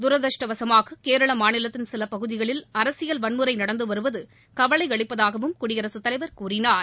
தரதிருஷ்டவசமாக கேரள மாநிலத்தின் சில பகுதிகளில் அரசியல் வன்முறை நடந்து வருவது கவலை அளிப்பதாக குடியரசுத் தலைவர் கூறினார்